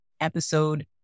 episode